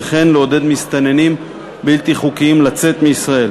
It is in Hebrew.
וכן לעודד מסתננים בלתי חוקיים לצאת מישראל.